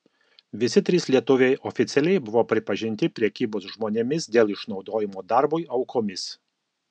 visi trys lietuviai oficialiai buvo pripažinti prekybos žmonėmis dėl išnaudojimo darbui aukomis